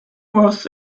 was